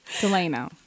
Delano